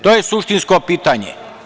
To je suštinsko pitanje.